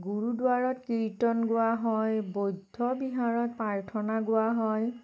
গুৰুদুৱাৰত কীৰ্তন গোৱা হয় বৌদ্ধবিহাৰত প্ৰাৰ্থনা গোৱা হয়